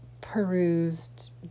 perused